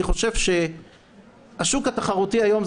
אני חושב שהשוק התחרותי היום,